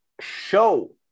show